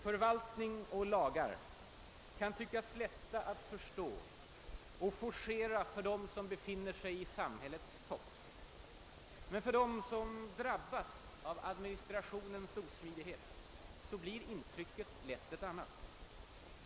Författningar och lagar kan tyckas lätta att förstå och forcera för dem som befinner sig på samhällets topp. Men för dem som drabbas av administrationens osmidighet blir intrycket lätt ett annat.